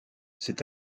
c’est